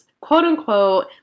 quote-unquote